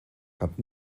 gaat